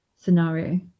scenario